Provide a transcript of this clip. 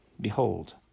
Behold